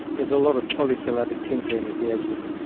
there's a lot of polysyllabic tinkering at the edges.